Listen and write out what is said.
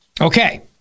Okay